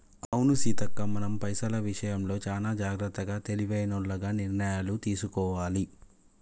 అవును సీతక్క మనం పైసల విషయంలో చానా జాగ్రత్తగా తెలివైనోల్లగ నిర్ణయాలు తీసుకోవాలి